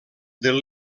del